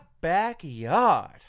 backyard